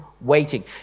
waiting